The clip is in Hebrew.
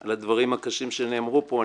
על הדברים הקשים שנאמרו פה.